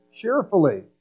cheerfully